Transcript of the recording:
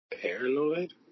paranoid